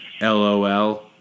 LOL